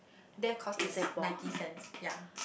there cost ninety ninety cents ya